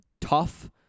tough